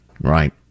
Right